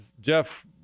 Jeff